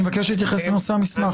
אני מבקש להתייחס לנושא המסמך.